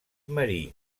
marí